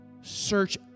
search